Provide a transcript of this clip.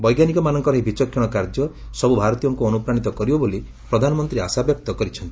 ବୈଜ୍ଞାନିକମାନଙ୍କର ଏହି ବିଚକ୍ଷଣ କାର୍ଯ୍ୟ ସବ୍ର ଭାରତୀୟଙ୍କ ଅନୁପ୍ରାଣିତ କରିବ ବୋଲି ପ୍ରଧାନମନ୍ତ୍ରୀ ଆଶାବ୍ୟକ୍ତ କରିଛନ୍ତି